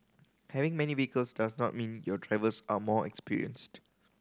having many vehicles does not mean your drivers are more experienced